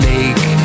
Lake